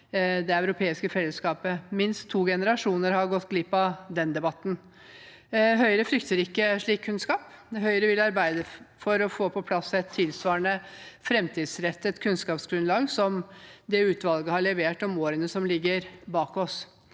det europeiske fellesskapet. Minst to generasjoner har gått glipp av den debatten. Høyre frykter ikke slik kunnskap. Høyre vil arbeide for å få på plass et framtidsrettet kunnskapsgrunnlag tilsvarende det utvalget har levert om årene som ligger bak oss.